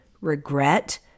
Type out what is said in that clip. regret